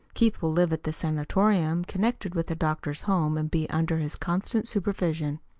keith will live at the sanatorium connected with the doctor's home and be under his constant supervision.